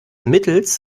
mittels